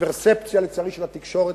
הפרספציה של התקשורת,